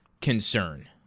concern